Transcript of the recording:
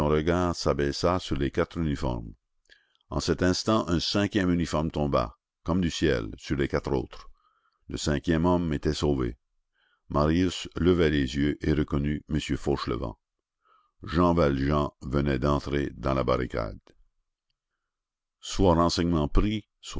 regard s'abaissa sur les quatre uniformes en cet instant un cinquième uniforme tomba comme du ciel sur les quatre autres le cinquième homme était sauvé marius leva les yeux et reconnut m fauchelevent jean valjean venait d'entrer dans la barricade soit renseignement pris